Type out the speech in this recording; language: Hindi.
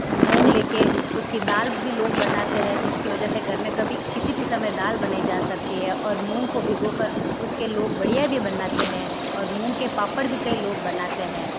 मूंग लेके उसकी दाल भी लोग बनाते हैं जिसकी वजह से घर में कभी किसी भी समय दाल बनाई जा सकती है और मूंग को भिगोकर उसके लोग बढ़िया भी बनाते हैं और मुंह के पापड़ भी कई लोग बनाते हैं